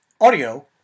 audio